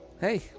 Hey